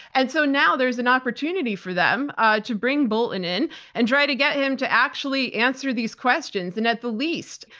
and so now there's an opportunity for them ah to bring bolton in and try to get him to actually answer these questions, and at the least,